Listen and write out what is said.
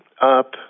up